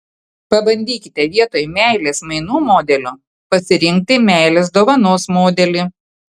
pabandykite vietoj meilės mainų modelio pasirinkti meilės dovanos modelį